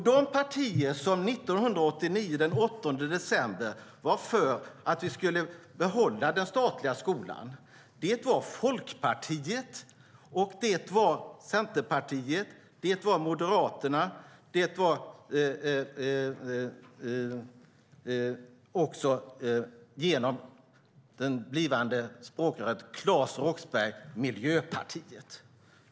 De partier som den 8 december 1989 var för att vi skulle behålla den statliga skolan var Folkpartiet, Centerpartiet, Moderaterna och, genom det blivande språkröret Claes Roxbergh, Miljöpartiet.